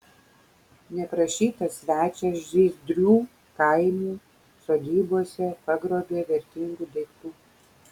neprašytas svečias žiezdrių kaimų sodybose pagrobė vertingų daiktų